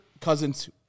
Cousins—